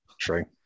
true